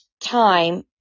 time